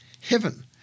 heaven